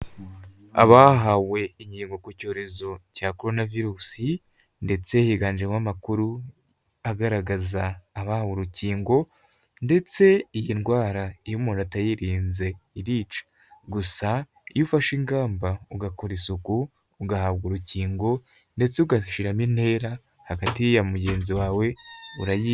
Abahawe inkingo ku cyorezo cya coronavirus, ndetse higanjemo amakuru agaragaza abawe urukingo, ndetse iyi ndwara iyo utayirinze irica, gusa iyo ufashe ingamba ugakora isuku, ugahabwa urukingo ndetse ugashyiramo intera hagati ya mugenzi wawe urayirinda.